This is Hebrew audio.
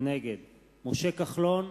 נגד משה כחלון,